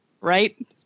right